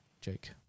Jake